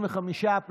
55,